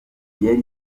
yari